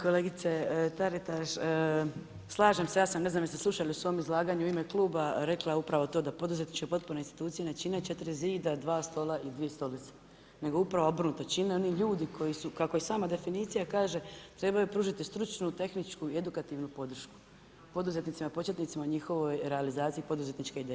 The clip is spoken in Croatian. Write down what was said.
Kolegice Taritaš, slažem se, ja sam, ne znam jeste slušali, u svom izlaganju u ime kluba, rekla upravo to da poduzetničke potporne institucije ne čine 4 zida, 2 stola i 2 stolice nego upravo obrnuto, čine oni ljudi koji kako i sama definicija kaže, trebaju pružiti stručnu, tehničku i edukativnu podršku poduzetnicima početnicima o njihovoj realizaciji poduzetničke ideje.